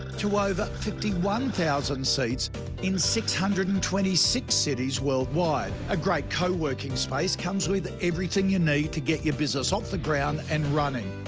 to over fifty one thousand seats in six hundred and twenty six cities world wide. ah great co-working space comes with everything you need to get your business of the ground and running.